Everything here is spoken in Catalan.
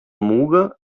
muga